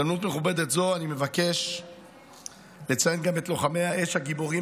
בהזדמנות מכובדת זו אני מבקש לציין גם את לוחמי האש הגיבורים,